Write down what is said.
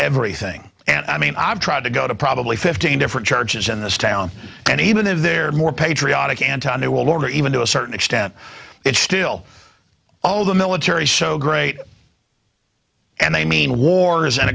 everything and i mean i've tried to go to probably fifteen different churches in this town and even if they're more patriotic and to a new world order even to a certain extent it's still all the military so great and they mean wars and